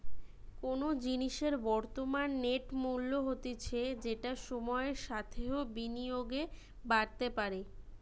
কোনো জিনিসের বর্তমান নেট মূল্য হতিছে যেটা সময়ের সাথেও বিনিয়োগে বাড়তে পারে